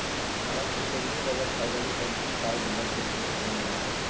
भारत के केंद्रीय बजट फरवरी के अंतिम कार्य दिवस के पेश कइल जा हइ